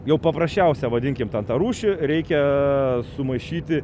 jau paprasčiausią vadinkim ten tą rūšį reikia sumaišyti